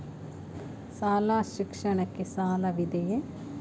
ಶಾಲಾ ಶಿಕ್ಷಣಕ್ಕೆ ಸಾಲವಿದೆಯೇ?